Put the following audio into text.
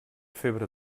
febre